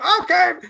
Okay